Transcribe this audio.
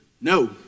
no